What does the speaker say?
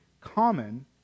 common